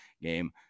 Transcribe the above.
game